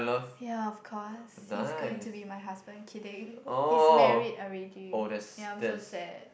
ya of course he's going to be my husband kidding he's married already ya I'm so sad